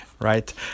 right